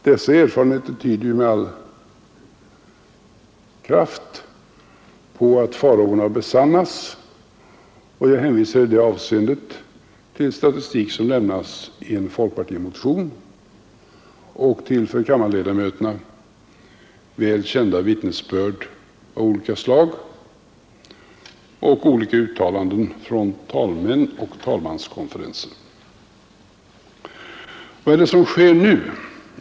Dessa erfarenheter tyder med all kraft på att farhågorna har besannats, och jag hänvisar i det avseendet till statistik som lämnas i en folkpartimotion och till för kammarledamöterna väl kända vittnesbörd av olika slag och olika uttalanden från talmän och talmanskonferens. Vad sker nu?